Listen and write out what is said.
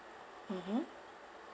mmhmm